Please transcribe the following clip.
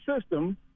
system